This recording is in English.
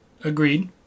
Agreed